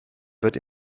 wird